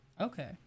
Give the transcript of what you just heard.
Okay